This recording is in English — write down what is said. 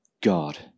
God